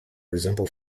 resemble